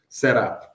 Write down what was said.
setup